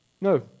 No